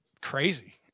crazy